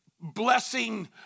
blessing